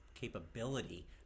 capability